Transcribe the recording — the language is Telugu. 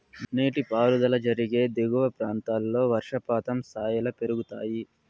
నీటిపారుదల జరిగే దిగువ ప్రాంతాల్లో వర్షపాతం స్థాయిలు పెరుగుతాయి